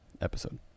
episode